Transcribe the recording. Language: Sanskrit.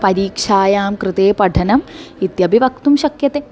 परीक्षायां कृते पठनम् इत्यपि वक्तुं शक्यते